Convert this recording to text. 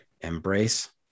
embrace